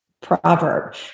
proverb